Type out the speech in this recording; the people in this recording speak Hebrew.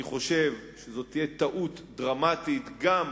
אני חושב שזאת תהיה טעות דרמטית גם